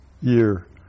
year